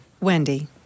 Wendy